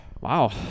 Wow